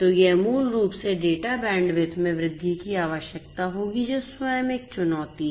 तो यह मूल रूप से डेटा बैंडविड्थ में वृद्धि की आवश्यकता होगी जो स्वयं एक चुनौती है